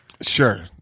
Sure